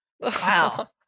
Wow